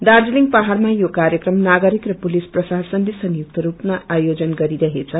दाजीलिङ पहाड़मा यो कार्यक्रम नागरिक र पुलिस प्रशासनले संयुक्त रूपमा आयोजन गरिरहेछ